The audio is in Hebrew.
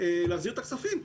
להחזיר את הכספים.